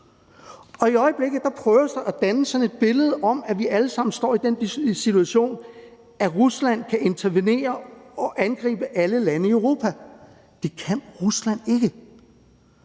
i øjeblikket prøves der at dannes sådan et billede om, at vi alle sammen står i den situation, at Rusland kan intervenere og angribe alle lande i Europa. Det kan Rusland ikke.